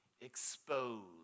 exposed